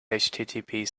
http